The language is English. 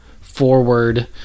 forward